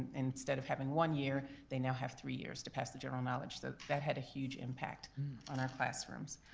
instead of having one year they now have three years to pass the general knowledge. so that had a huge impact on our classrooms.